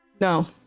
No